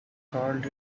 called